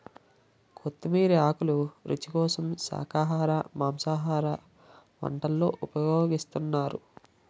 కొత్తిమీర ఆకులు రుచి కోసం శాఖాహార మాంసాహార వంటల్లో ఉపయోగిస్తున్నారు